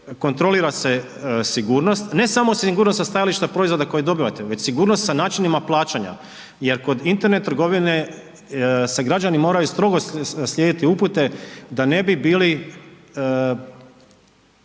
Kontrolira se sigurnost, ne samo sigurnosna stajališta proizvoda koje dobivate, već sigurnost sa načinima plaćanja jer kod internet trgovine se građani moraju strogo slijediti upute da ne bi bili